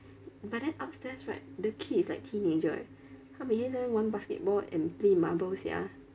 but then upstairs right the kid is like teenager eh 他们也在玩 basketball and play marble sia